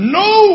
no